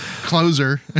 closer